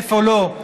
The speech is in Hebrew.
איפה לא,